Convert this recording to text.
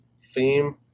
theme